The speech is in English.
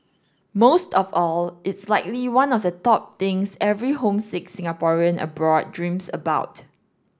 most of all it's likely one of the top things every homesick Singaporean abroad dreams about